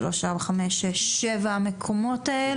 משבעה מקומות האלו,